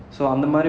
mm